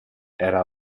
era